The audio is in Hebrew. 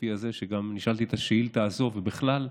הספציפי הזה, גם נשאלתי את השאילתה הזאת, ובכלל,